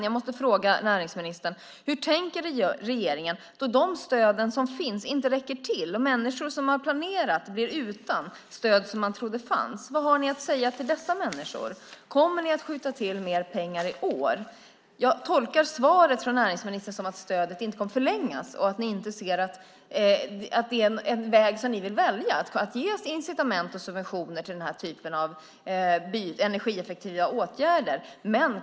Jag måste därför fråga näringsministern: Hur tänker regeringen då de stöd som finns inte räcker till och människor som planerat blir utan det stöd som de trodde fanns? Vad har ni att säga till dessa människor? Kommer ni att skjuta till mer pengar i år? Jag tolkar svaret från näringsministern så att stödet inte kommer att förlängas och att det inte är en väg som ni vill välja, alltså att ge incitament och subventioner till den typen av energieffektiva åtgärder.